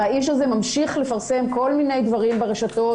האיש הזה ממשיך לפרסם כל מיני דברים ברשתות,